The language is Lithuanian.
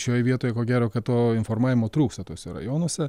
šioj vietoj ko gero kad to informavimo trūksta tuose rajonuose